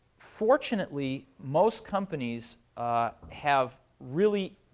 fortunately, most companies have really